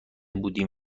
بودیم